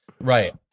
Right